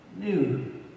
new